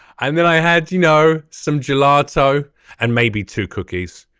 i mean i had you know some gelato and maybe two cookies.